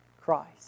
Christ